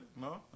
No